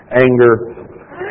anger